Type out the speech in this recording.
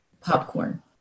popcorn